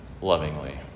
lovingly